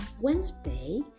Wednesday